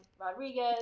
Rodriguez